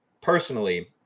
personally